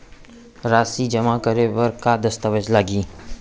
राशि जेमा करे बर का दस्तावेज लागही?